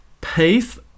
Peace